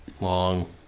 long